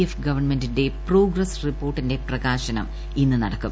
F ഗവൺമെന്റിന്റെ progress റിപ്പോർട്ടിന്റെ പ്രകാശനം ഇന്ന് നടക്കും